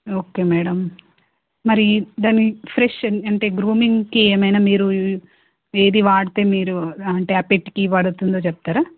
okay madam మరి దాన్ని fresh అంటే గ్రూమింగ్కి ఏమైనా మీరు ఏది వాడితే మీరు అంటే పెట్కి వాడుతుందో చెప్తారా